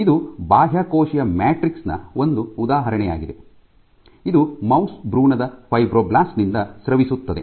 ಇದು ಬಾಹ್ಯಕೋಶೀಯ ಮ್ಯಾಟ್ರಿಕ್ಸ್ ನ ಒಂದು ಉದಾಹರಣೆಯಾಗಿದೆ ಇದು ಮೌಸ್ ಭ್ರೂಣದ ಫೈಬ್ರೊಬ್ಲಾಸ್ಟ್ ನಿಂದ ಸ್ರವಿಸುತ್ತದೆ